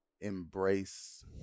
embrace